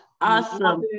awesome